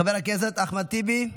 חבר הכנסת אחמד טיבי,